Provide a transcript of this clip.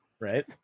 Right